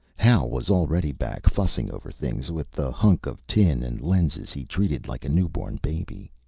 hal was already back, fussing over things with the hunk of tin and lenses he treated like a newborn baby.